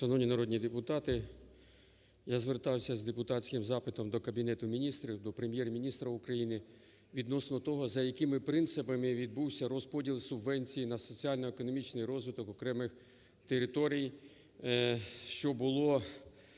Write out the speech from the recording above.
Шановні народні депутати! Я звертався з депутатським запитом до Кабінету Міністрів, до Прем'єр-міністра України відносно того, за якими принципами відбувся розподіл субвенції на соціально-економічний розвиток окремих територій, що було